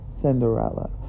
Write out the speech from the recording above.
Cinderella